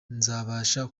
nzabasha